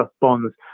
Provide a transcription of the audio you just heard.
bonds